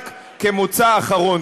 רק כמוצא אחרון,